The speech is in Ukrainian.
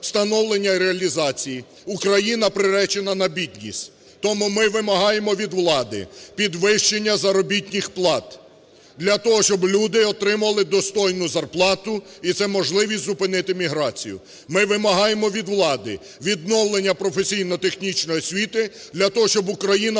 становлення реалізації, Україна приречена на бідність. Тому ми вимагаємо від влади підвищення заробітних плат для того, щоб люди отримали достойну зарплату і це можливість зупинити міграцію. Ми вимагаємо від влади відновлення професійно-технічної освіти для того, щоб Україна